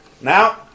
Now